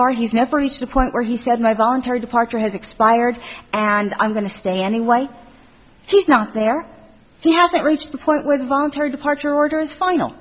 bar he's never reached the point where he said my voluntary departure has expired and i'm going to stay anyway he's not there he hasn't reached the point where the voluntary departure order is final